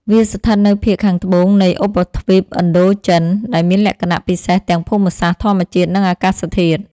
វាស្ថិតនៅភាគខាងត្បូងនៃឧបទ្វីបឥណ្ឌូចិន ដែលមានលក្ខណៈពិសេសទាំងភូមិសាស្ត្រធម្មជាតិ និងអាកាសធាតុ។